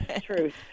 truth